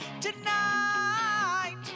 tonight